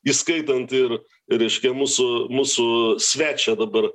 įskaitant ir reiškia mūsų mūsų svečią dabar